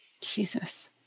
Jesus